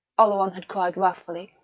oleron had cried wrathfully,